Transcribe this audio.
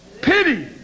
Pity